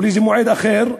או לאיזה מועד אחר,